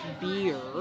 beer